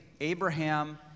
Abraham